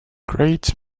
great